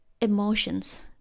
emotions